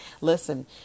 Listen